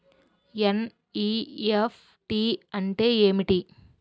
NEFT అంటే ఏమిటి?